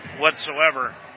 whatsoever